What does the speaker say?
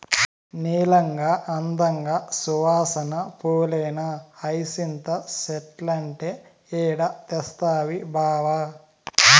నీలంగా, అందంగా, సువాసన పూలేనా హైసింత చెట్లంటే ఏడ తెస్తవి బావా